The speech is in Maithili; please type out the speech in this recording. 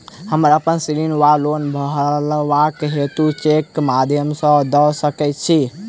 हम अप्पन ऋण वा लोन भरबाक हेतु चेकक माध्यम सँ दऽ सकै छी?